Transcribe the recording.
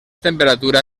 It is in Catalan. temperatura